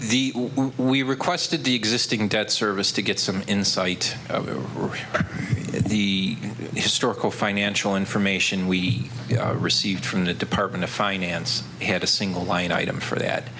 the we requested the existing debt service to get some insight into the historical financial information we received from the department of finance had a single line item for that